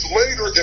later